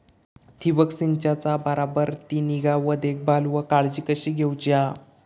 ठिबक संचाचा बराबर ती निगा व देखभाल व काळजी कशी घेऊची हा?